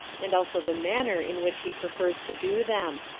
and also the manner in which he prefers to do them.